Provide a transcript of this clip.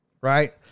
right